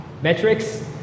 metrics